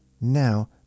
now